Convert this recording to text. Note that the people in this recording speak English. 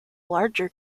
larger